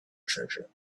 treasure